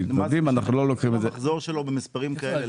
מחזור במספרים כאלה.